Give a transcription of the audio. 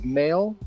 male